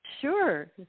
sure